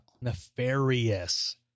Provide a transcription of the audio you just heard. Nefarious